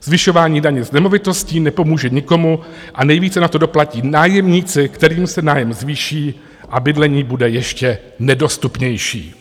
Zvyšování daně z nemovitostí nepomůže nikomu a nejvíce na to doplatí nájemníci, kterým se nájem zvýší a bydlení bude ještě nedostupnější.